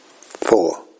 Four